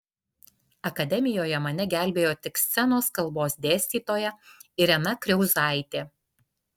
akademijoje mane gelbėjo tik scenos kalbos dėstytoja irena kriauzaitė